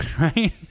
right